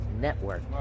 Network